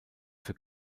für